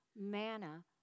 manna